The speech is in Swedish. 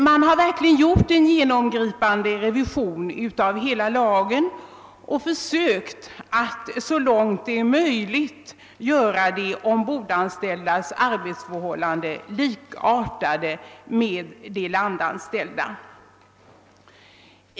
Man har verkligen gjort en genomgripande revision av hela lagen och försökt att så långt möjligt utforma de ombordanställdas arbetsförhållanden så, att de blir likartade med de landanställdas.